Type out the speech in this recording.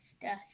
death